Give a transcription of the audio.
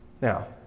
Now